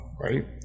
right